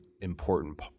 important